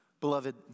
Beloved